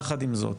יחד עם זאת,